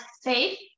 safe